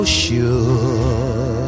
sure